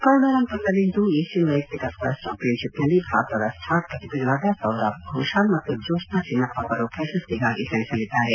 ಕೌಲಾಲಂಪುರದಲ್ಲಿಂದು Asian ವೈಯಕ್ತಿಕ ಸ್ವಾತ್ ಚಾಂಪಿಯನ್ಶಿಪ್ನಲ್ಲಿ ಭಾರತದ ಸ್ವಾರ್ ಪ್ರತಿಭೆಗಳಾದ ಸೌರಬ್ ಘೋಸಾಲ್ ಮತ್ತು ಜೋಷ್ನಾ ಚಿನ್ನಪ್ಪ ಅವರು ಪ್ರಶಸ್ತಿಗಾಗಿ ಸೆಣಸಲಿದ್ದಾರೆ